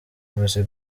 nkusi